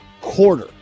quarter